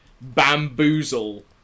bamboozle